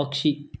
पक्षी